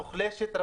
מוחלשת.